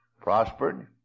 prospered